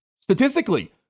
Statistically